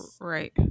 right